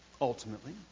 ultimately